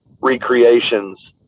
recreations